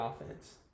offense